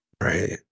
Right